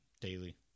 daily